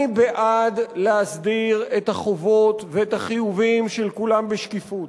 אני בעד להסדיר את החובות ואת החיובים של כולם בשקיפות.